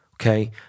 Okay